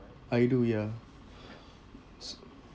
I do ya